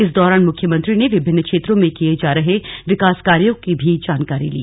इस दौरान मुख्यमंत्री ने विभिन्न क्षेत्रों में किए जा रहे विकास कार्यों की जानकारी भी ली